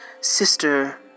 Sister